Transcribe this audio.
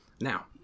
Now